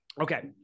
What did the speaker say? okay